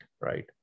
right